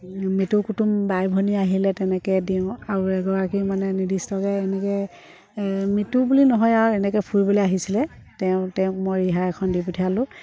মিতুৰ কুটুম বাই ভনী আহিলে তেনেকৈ দিওঁ আৰু এগৰাকী মানে নিৰ্দিষ্টকৈ এনেকৈ মিতুৰ বুলি নহয় আৰু এনেকৈ ফুৰিবলৈ আহিছিলে তেওঁ তেওঁক মই ৰিহা এখন দি পঠিয়ালোঁ